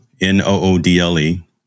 N-O-O-D-L-E